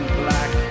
black